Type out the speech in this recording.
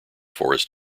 forest